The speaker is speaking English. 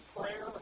prayer